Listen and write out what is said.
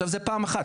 זה פעם אחת.